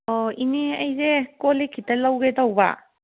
ꯑꯣ ꯏꯅꯦ ꯑꯩꯁꯦ ꯀꯣꯜ ꯂꯤꯛ ꯈꯤꯇ ꯂꯧꯒꯦ ꯇꯧꯕ